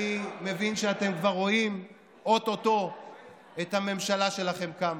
אני מבין שאתם כבר רואים או-טו-טו את הממשלה שלכם קמה,